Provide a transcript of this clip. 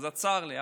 אז צר לי.